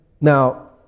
Now